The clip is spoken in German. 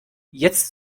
jetzt